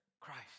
Christ